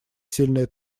сильное